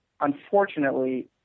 unfortunately